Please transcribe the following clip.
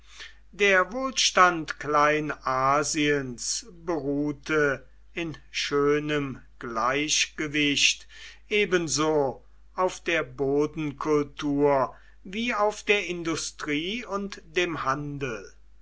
der wohlstand kleinasiens beruhte in schönem gleichgewicht ebenso auf der bodenkultur wie auf der industrie und dem handel